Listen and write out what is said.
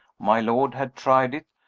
my lord had tried it,